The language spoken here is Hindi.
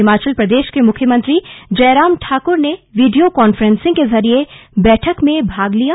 हिमाचल प्रदेश के मुख्यमंत्री जयराम ठाकुर ने वीडियो कांफ्रेंस के जरिये बैठक में भाग लिया